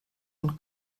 und